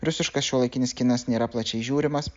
rusiškas šiuolaikinis kinas nėra plačiai žiūrimas